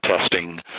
testing